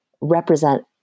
represent